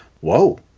Whoa